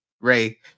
Ray